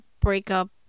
breakup